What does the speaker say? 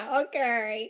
okay